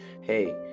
Hey